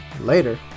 Later